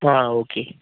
ആ ഓക്കെ